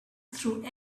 through